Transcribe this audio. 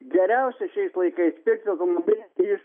geriausia šiais laikais pirkti automobilį iš